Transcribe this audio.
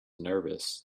nervous